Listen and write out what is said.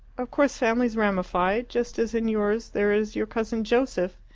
of course families ramify just as in yours there is your cousin joseph.